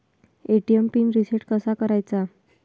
ATM PIN reset कसा करायचा?